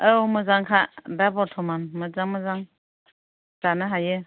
औ मोजांखा दा बर्त'मान मोजां मोजां जानो हायो